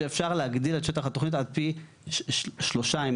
אם אתה חושב שצריך לצרף --- אבל אז התוכנית תיקבר.